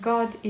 God